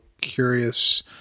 curious